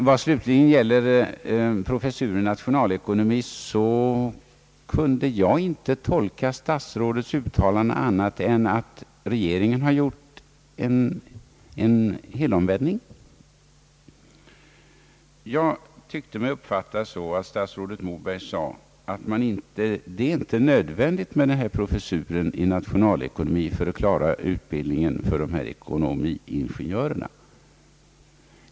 Vad slutligen beträffar professuren i nationalekonomi kunde jag inte tolka statsrådets uttalande på annat sätt än att regeringen har gjort en helomvändning. Jag tyckte mig höra att statsrådet Moberg sade att det inte är nödvändigt med denna professur i nationalekonomi för att klara utbildningen av ifrågavarande ekonomiingenjörer.